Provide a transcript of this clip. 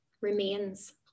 remains